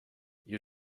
you